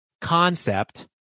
concept